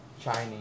Chinese